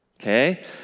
Okay